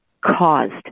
caused